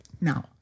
Now